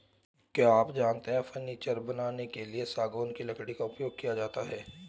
क्या आप जानते है फर्नीचर बनाने के लिए सागौन की लकड़ी का उपयोग किया जाता है